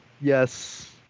Yes